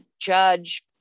judge